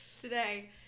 today